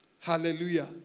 Hallelujah